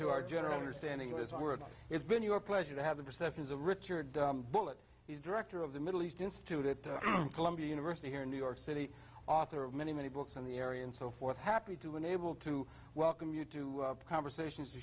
to our general understanding of his work it's been your pleasure to have the perceptions of richard bullet he's director of the middle east institute at columbia university here in new york city author of many many books on the area and so forth happy to unable to welcome you to conversations to